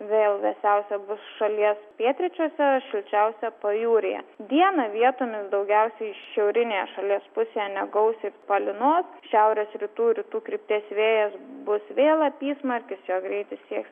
vėl vėsiausia bus šalies pietryčiuose šilčiausia pajūryje dieną vietomis daugiausiai šiaurinėje šalies pusėje negausiai palynos šiaurės rytų rytų krypties vėjas bus vėl apysmarkis jo greitis sieks